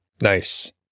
Nice